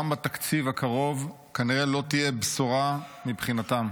גם בתקציב הקרוב כנראה שלא תהיה בשורה מבחינתם.